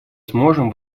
сможем